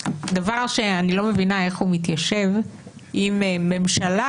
דבר אני לא מבינה איך הוא מתיישב אם ממשלה